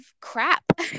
crap